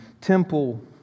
temple